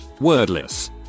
wordless